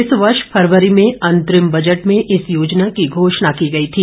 इस वर्ष फरवरी में अंतरिम बजट में इस योजना की घोषणा की गई थी